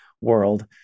world